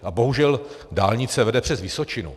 A bohužel dálnice vede přes Vysočinu.